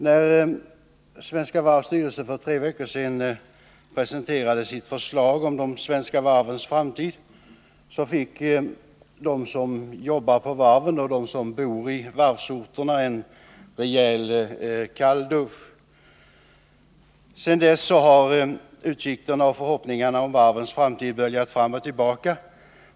När Svenska Varvs styrelse för tre veckor sedan presenterade sitt förslag om Svenska Varvs framtid fick de som jobbar på varven och de som bor i varvsorterna en rejäl kalldusch. Sedan dess har utsikterna och förhoppningarna om varvens framtid böljat fram och tillbaka.